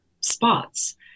spots